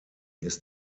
ist